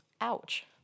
Ouch